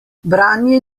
branje